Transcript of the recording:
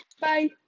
Bye